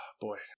boy